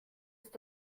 ist